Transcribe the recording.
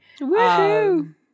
Woohoo